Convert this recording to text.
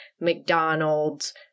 McDonald's